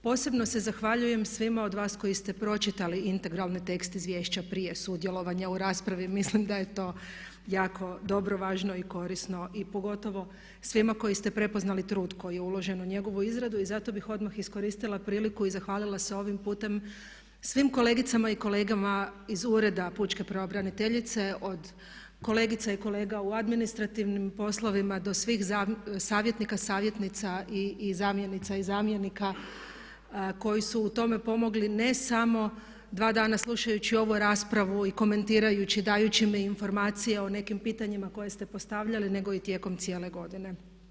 Posebno se zahvaljujem svima od vas koji ste pročitali integralni tekst izvješća prije sudjelovanja u raspravi, mislim da je to jako dobro, važno i korisno i pogotovo svima koji ste prepoznali trud koji je uložen u njegovu izradu i zato bih odmah iskoristila priliku i zahvalila se ovim putem svim kolegicama i kolegama iz Ureda pučke pravobraniteljice od kolegica i kolega u administrativnim poslovima, do svih savjetnika, savjetnica i zamjenica i zamjenika koji su u tome pomogli ne samo dva dana slušajući ovu raspravu i komentirajući, dajući mi informacije o nekim pitanjima koja ste postavljali nego i tijekom cijele godine.